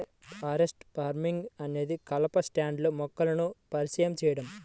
forest farming అనేది కలప స్టాండ్లో మొక్కలను పరిచయం చేయడం